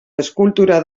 eskultura